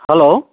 hello